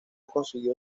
consiguió